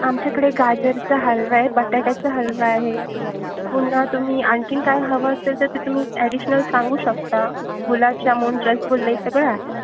आमच्याकडे गाजरचा हलवा आहे बटाट्याचा हलवा आहे पुन्हा तुम्ही आणखीन काय हवं असेल तर ते तुम्ही ॲडिशनल सांगू शकता गुलाबजामुन रसगुल्ले सगळं आहे